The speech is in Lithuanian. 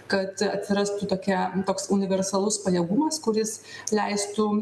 kad atsirastų tokia toks universalus pajėgumas kuris leistų